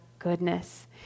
goodness